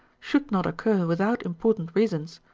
should not occur without important reasons,